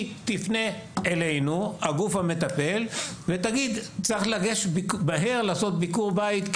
היא תפנה לגוף המטפל ותתריע על הצורך להגיע במהירות לביקור בית.